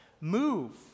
move